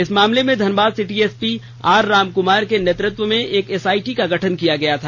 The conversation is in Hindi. इस मामले में Dhanbad city SP R Ramkumar के नेतृत्व में एक एसआईटी का गठन किया गया था